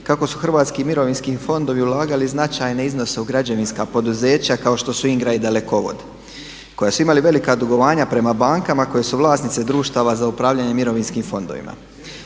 kako su hrvatski mirovinski fondovi ulagali značajne iznose u građevinska poduzeća kao što su INGRA i Dalekovod koji su imali velika dugovanja prema bankama koje su vlasnice društava za upravljanje mirovinskim fondovima.